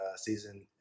season